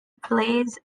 plays